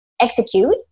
execute